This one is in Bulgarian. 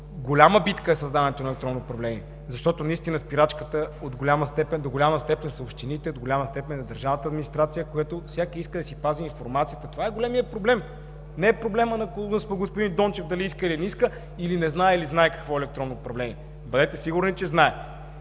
Голяма битка е създаването на електронно управление, защото спирачката до голяма степен са общините, до голяма степен е държавната администрация, всеки иска да си пази информацията. Това е големият проблем! Не е проблем господин Дончев дали иска, или не иска, или не знае, или знае какво е електронно управление. Бъдете сигурни, че знае!